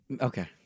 Okay